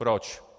Proč?